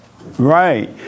Right